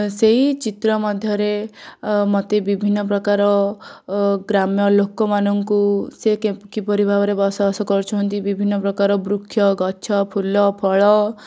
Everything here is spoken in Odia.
ସେଇ ଚିତ୍ର ମଧ୍ୟରେ ମୋତେ ବିଭିନ୍ନ ପ୍ରକାର ଗ୍ରାମ୍ୟ ଲୋକମାନଙ୍କୁ ସେ କିପରି ଭାବରେ ବସବାସ କରୁଛନ୍ତି ବିଭିନ୍ନ ପ୍ରକାର ବୃକ୍ଷ ଗଛ ଫୁଲ ଫଳ